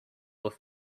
with